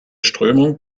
strömung